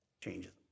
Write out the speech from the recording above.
Changes